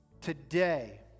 Today